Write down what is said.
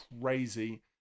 Crazy